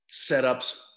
setups